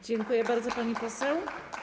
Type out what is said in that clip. Dziękuję bardzo, pani poseł.